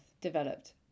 developed